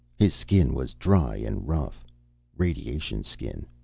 his skin was dry and rough radiation skin.